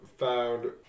found